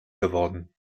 geworden